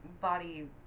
body